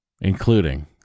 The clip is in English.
including